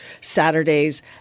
Saturday's